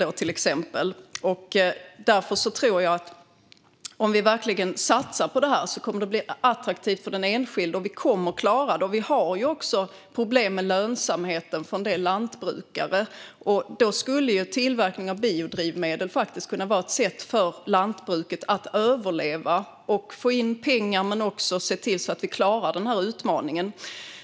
Om vi verkligen satsar på detta tror jag att det kommer att bli attraktivt för den enskilde, och vi kommer att klara det. Vi har också problem med lönsamheten för en del lantbrukare. Tillverkning av biodrivmedel skulle kunna vara ett sätt för lantbruket att överleva och få in pengar, men också ett sätt för oss att se till att vi klarar denna utmaning.